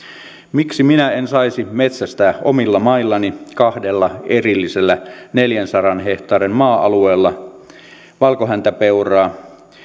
miksi minä en saisi metsästää omilla maillani kahdella erillisellä neljänsadan hehtaarin maa alueella valkohäntäpeuraa